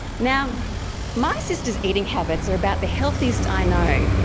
now my sister's eating habits are about the healthiest i know.